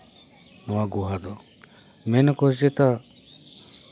ᱱᱚᱣᱟ ᱜᱩᱦᱟ ᱫᱚ ᱢᱮᱱᱟ ᱠᱚ ᱪᱮᱛᱟ